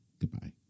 Goodbye